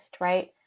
right